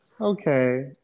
Okay